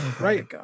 Right